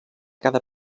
cada